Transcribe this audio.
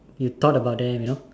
you thought about them you know